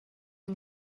yng